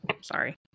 sorry